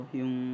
yung